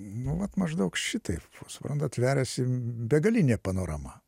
nu vat maždaug šitaip suprantat veriasi begalinė panorama